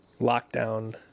lockdown